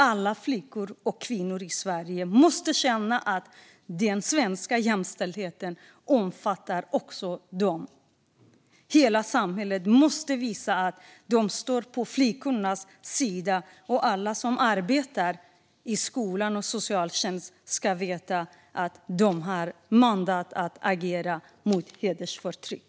Alla flickor och kvinnor i Sverige måste känna att den svenska jämställdheten omfattar också dem. Hela samhället måste visa att de står på flickornas sida, och alla som arbetar i skola och socialtjänst ska veta att de har mandat att agera mot hedersförtryck.